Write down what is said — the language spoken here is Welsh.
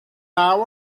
naw